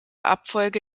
abfolge